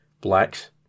Black's